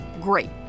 Great